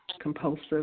compulsive